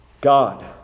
God